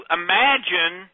imagine